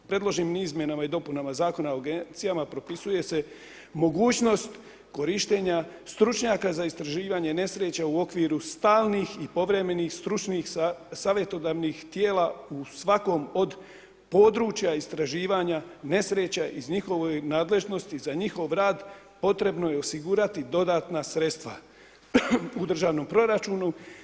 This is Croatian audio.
Predloženim izmjenama i dopunama Zakona o agencijama propisuje se mogućnost korištenja stručnjaka za istraživanje nesreća u okviru stalnih i povremenih stručnih savjetodavnih tijela u svakom od područja istraživanja nesreća iz njihove nadležnosti, za njihov rad potrebno osigurati dodatna sredstva u državnom proračunu.